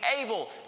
able